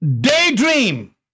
daydream